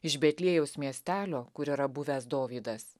iš betliejaus miestelio kur yra buvęs dovydas